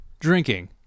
Drinking